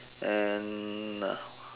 and